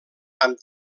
amb